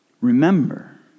remember